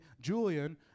Julian